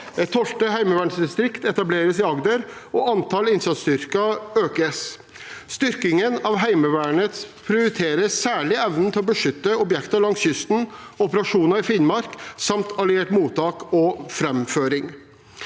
Et tolvte heimevernsdistrikt etableres i Agder, og antallet innsatsstyrker økes. Styrkingen av Heimevernet prioriterer særlig evnen til å beskytte objekter langs kysten, operasjoner i Finnmark samt alliert mottak og framføring.